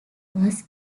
was